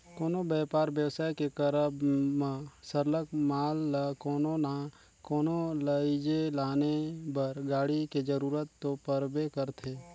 कोनो बयपार बेवसाय के करब म सरलग माल ल कोनो ना कोनो लइजे लाने बर गाड़ी के जरूरत तो परबे करथे